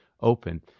open